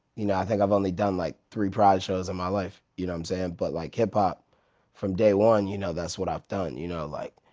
you know i think i've only done like three pride shows in my life, you know what i'm saying? but like hip hop from day one, you know that's what i've done, you know like.